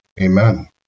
Amen